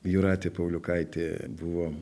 jūratė pauliukaitė buvo